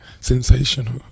Sensational